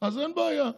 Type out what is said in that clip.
אז אין בעיה.